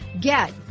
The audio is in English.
Get